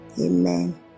Amen